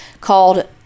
called